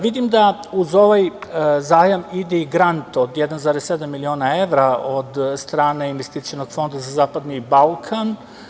Vidim da uz ovaj zajam ide i grant od 1,7 miliona evra od strane Investicionog fonda za Zapadni Balkan.